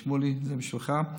שמולי, זה בשבילך,